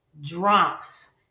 drops